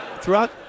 Throughout